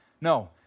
No